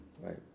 right